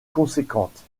conséquente